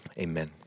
amen